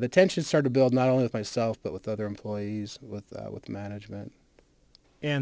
the tension start to build not only of myself but with other employees with with management and